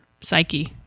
psyche